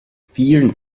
vielen